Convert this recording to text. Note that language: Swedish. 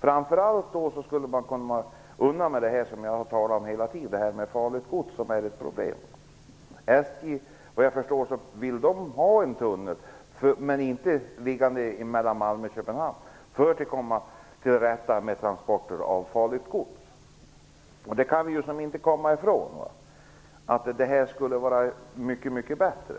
Framför allt skulle man då komma undan detta, som jag hela tiden har talat om, med farligt gods som är ett problem. Såvitt jag förstår vill SJ ha en tunnel - inte mellan Malmö och Köpenhamn - för att komma till rätta med transporter av farligt gods. Vi kan inte komma ifrån att en tunnel skulle vara mycket bättre.